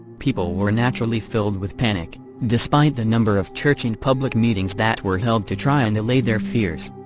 people were naturally filled with panic, despite the number of church and public meetings that were held to try and allay their fears.